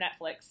netflix